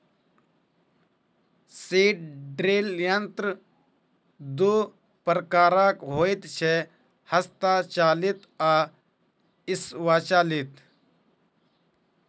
seed drill यंत्र दू प्रकारक होइत छै, हस्तचालित आ स्वचालित